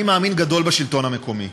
אני מאמין גדול בשלטון המקומי.